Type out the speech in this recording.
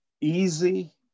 easy